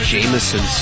Jameson